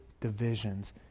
divisions